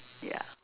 ya